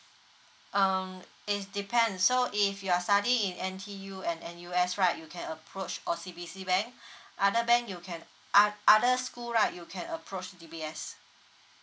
um it's depend so if you are study in N_T_U and N_U_S right you can approach O_C_B_C bank other bank you can o~ other school right you can approach D_B_S